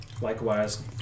likewise